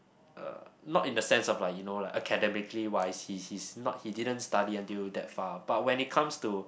uh not in the sense of like you know like academically wise he's he's not he didn't study until that far but when it comes to